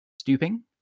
stooping